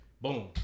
Boom